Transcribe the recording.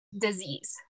disease